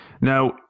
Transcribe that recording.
Now